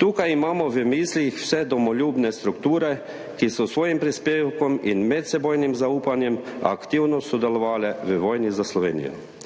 Tukaj imamo v mislih vse domoljubne strukture, ki so s svojim prispevkom in medsebojnim zaupanjem aktivno sodelovale v vojni za Slovenijo.